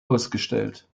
ausgestellt